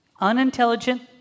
unintelligent